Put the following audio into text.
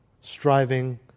striving